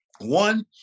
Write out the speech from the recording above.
one